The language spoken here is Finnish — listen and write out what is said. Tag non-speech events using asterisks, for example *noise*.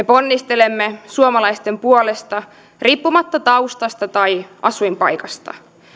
*unintelligible* ponnistelemme suomalaisten puolesta riippumatta taustasta tai asuinpaikasta